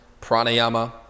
pranayama